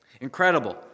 Incredible